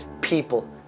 people